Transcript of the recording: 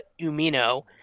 Umino